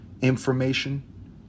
information